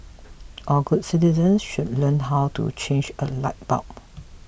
all good citizens should learn how to change a light bulb